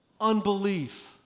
unbelief